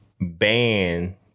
ban